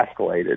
escalated